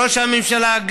בראש הממשלה.